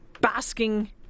basking